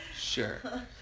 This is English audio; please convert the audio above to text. Sure